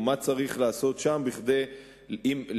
או מה צריך לעשות שם כדי לאפשר,